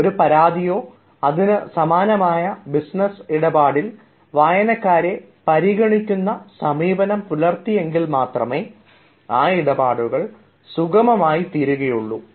ഒരു പരാതിയോ അതിനു സമാനമായ ബിസിനസ് ഇടപാടിൽ വായനക്കാരെ പരിഗണിക്കുന്ന സമീപനം പുലർത്തി എങ്കിൽ മാത്രമേ ആ ഇടപാടുകൾ സുഗമമായി തീരുകയുള്ളൂ